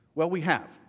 well, we have.